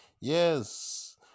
Yes